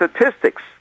statistics